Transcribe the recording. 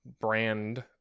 brand